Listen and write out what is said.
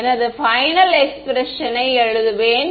எனவே final expression யை எழுதுவேன்